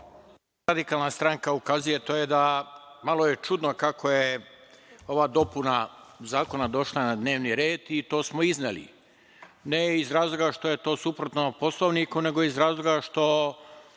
Ono na šta SRS ukazuje je da je malo čudno kako je ova dopuna zakona došla na dnevni red, i to smo izneli, ne iz razloga što je to suprotno Poslovniku, nego iz razloga što